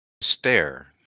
stare